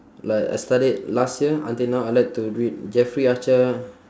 like I started last year until now I like to read jeffrey archer